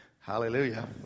Hallelujah